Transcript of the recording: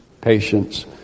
patience